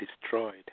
destroyed